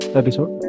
episode